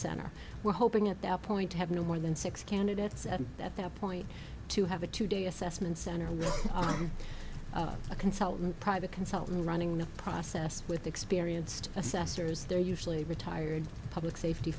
center we're hoping at that point to have no more than six candidates at that point to have a two day assessment center with a consultant private consultant running the process with experienced assessors they're usually retired public safety